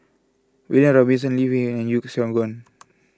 William Robinson Lee Wei and Yeo Siak Goon